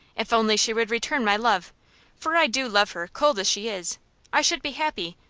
if only she would return my love for i do love her, cold as she is i should be happy.